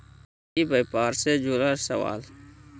ई व्यापार से जुड़ल सवाल?